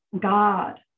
God